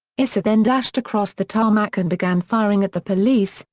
issa then dashed across the tarmac and began firing at the police,